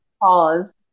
pause